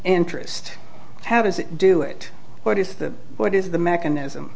crist how does it do it what is the what is the mechanism